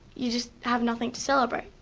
you just have nothing to celebrate.